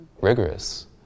rigorous